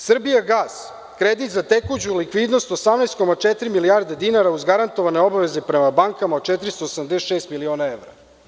Srbijagas“ kredit za tekuću likvidnost 18,4 milijarde dinara uz garantovane obaveze prema bankama od 476 miliona evra.